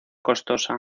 costosa